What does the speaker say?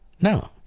No